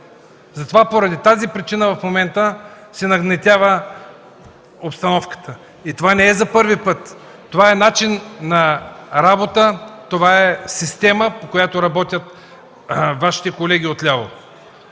затова поради тази причина в момента се нагнетява обстановката. Това не е за първи път. Това е начин на работа, това е система, по която работят Вашите колеги отляво.